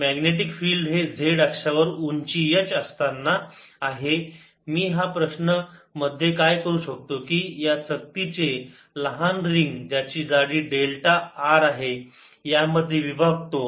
नंतर magnetic field हे z अक्षावर उंची h असतांना असणार आहे मी हा प्रश्न मध्ये काय करू शकतो की या चकती चे लहान रिंग ज्यांची जाडी डेल्टा r आहे यामध्ये विभागतो